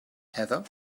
heather